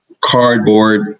cardboard